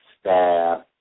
staff